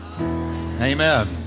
Amen